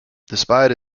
despite